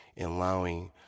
allowing